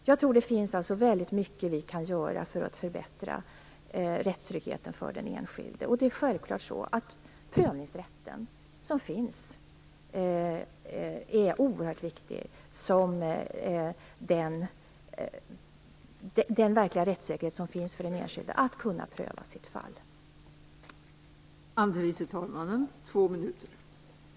Jag tror alltså att det finns mycket som vi kan göra för att förbättra rättstryggheten för den enskilde. Självklart är den prövningsrätt som finns oerhört viktig som en verklig rättssäkerhet för den enskilde när det gäller möjligheterna att få sitt fall prövat.